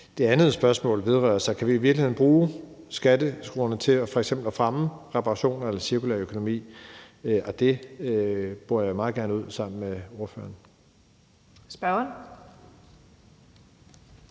Det andet spørgsmål vedrører, om vi i virkeligheden kan bruge skatteskruerne til f.eks. at fremme reparationer eller cirkulær økonomi, og det borer jeg meget gerne ud sammen med ordføreren.